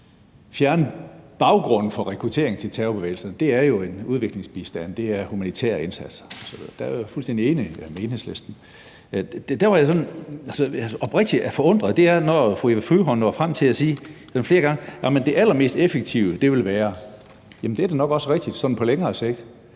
fjerne baggrunden for rekrutteringen til terrorbevægelser, jo er udviklingsbistand, det er humanitære indsatser osv. Der er jeg fuldstændig enig med Enhedslisten. Der, hvor jeg er oprigtigt forundret, er, når fru Eva Flyvholm når frem til at sige, og det gjorde hun flere gange, hvad det allermest effektive vil være. Jamen det er da nok også rigtigt, sådan på længere sigt,